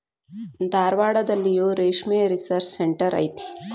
ಧಾರವಾಡದಲ್ಲಿಯೂ ರೇಶ್ಮೆ research centre ಐತಿ